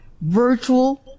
virtual